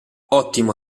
ottimo